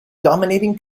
dominating